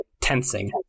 tensing